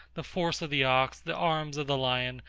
the force of the ox, the arms of the lion,